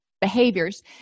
behaviors